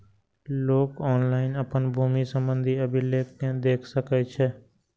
लोक ऑनलाइन अपन भूमि संबंधी अभिलेख कें देख सकै छै